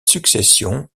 succession